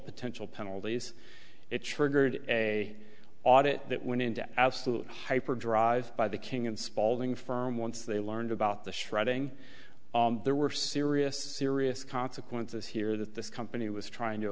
potential penalties it triggered a audit that went into absolute hyperdrive by the king and spalding firm once they learned about the shredding there were serious serious consequences here that this company was trying to